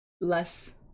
less